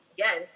again